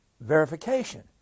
verification